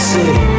City